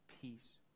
peace